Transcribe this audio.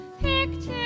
Pictures